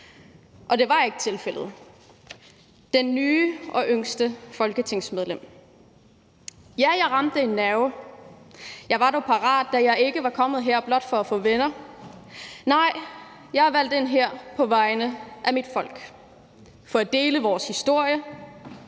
Og det var ikke tilfældet. Det nye og yngste folketingsmedlem. Ja, jeg ramte en nerve, men jeg var dog parat, da jeg ikke var kommet her blot for at få venner. Nej, jeg er valgt ind her på vegne af mit folk for at dele vores historie